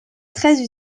très